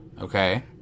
Okay